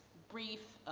brief